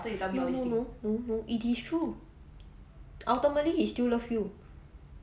no no no no it is true ultimately he still love you